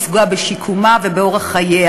אז באמת מה שקרה עד היום,